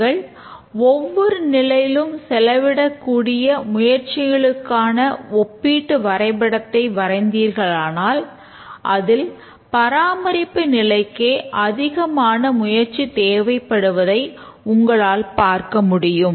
நீங்கள் ஒவ்வொரு நிலையிலும் செலவிடக் கூடிய முயற்சிகளுக்கான ஒப்பிட்டு வரைபடத்தை வரைந்தீகளானால் அதில் பராமரிப்பு நிலைக்கே அதிகமான முயற்சி தேவைப்படுவதை உங்களால் பார்க்க முடியும்